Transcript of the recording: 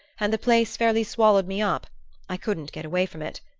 and the place fairly swallowed me up i couldn't get away from it.